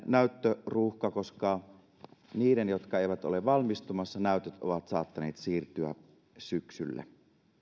näyttöruuhka koska niiden jotka eivät ole valmistumassa näytöt ovat saattaneet siirtyä syksylle